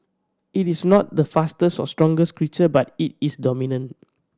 it is not the fastest or strongest creature but it is dominant